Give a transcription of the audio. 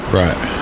right